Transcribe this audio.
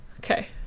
Okay